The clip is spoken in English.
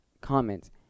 comments